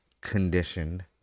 conditioned